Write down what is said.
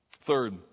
Third